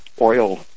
oil